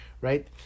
right